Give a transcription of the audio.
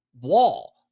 wall